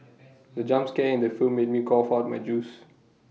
the jump scare in the film made me cough out my juice